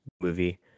movie